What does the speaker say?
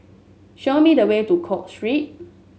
show me the way to Cook Street